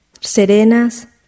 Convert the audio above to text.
serenas